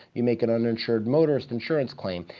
you make an uninsured motorist insurance claim.